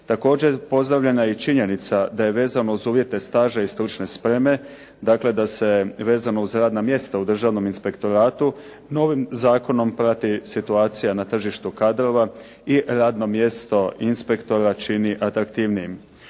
Također, pozdravljena je i činjenica da je vezano uz uvjete staža i stručne spreme, dakle da se vezano uz radna mjesta u Državnom inspektoratu novim zakonom prati situacija na tržištu kadrova i radno mjesto inspektora čini atraktivnijim.